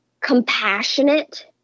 compassionate